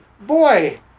Boy